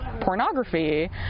pornography